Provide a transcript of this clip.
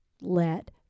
Let